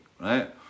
right